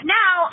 now